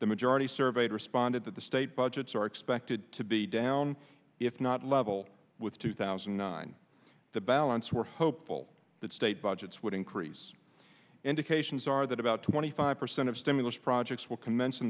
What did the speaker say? the majority surveyed responded that the state budgets are expected to be down if not level with two thousand and nine the balance were hopeful that state budgets would increase indications are that about twenty five percent of stimulus projects will commence